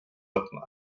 võtma